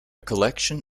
collection